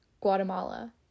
Guatemala